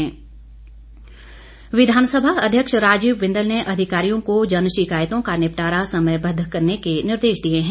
बिंदल विधानसभा अध्यक्ष राजीव बिंदल ने अधिकारियों को जन शिकायतों का निपटारा समयबद्ध करने के निर्देश दिए हैं